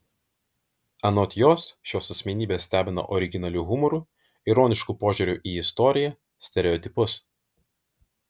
anot jos šios asmenybės stebina originaliu humoru ironišku požiūriu į istoriją stereotipus